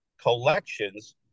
collections